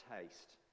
taste